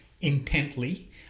intently